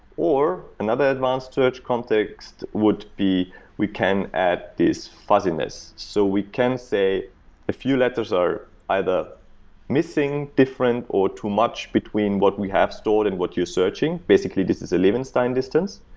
another advance search context would be we can add these fuzziness. so we can say a few letters are either missing different or too much between what we have stored and what you're searching. basically, this is levenshtein distance.